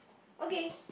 okay